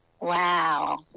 wow